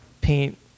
paint